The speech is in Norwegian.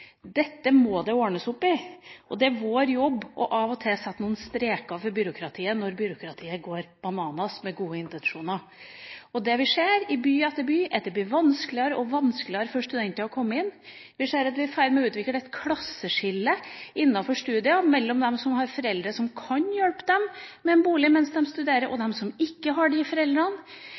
Dette må det ordnes opp i. Det er vår jobb av og til å sette strek for byråkratiet når byråkratiet går «bananas» med gode intensjoner. Det vi ser i by etter by, er at det blir vanskeligere og vanskeligere for studenter å komme inn på boligmarkedet. Vi ser at vi er i ferd med å utvikle et klasseskille innenfor studier – mellom dem som har foreldre som kan hjelpe dem med en bolig mens de studerer, og dem som ikke har